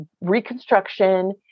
reconstruction